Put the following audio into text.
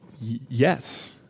yes